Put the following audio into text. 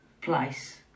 place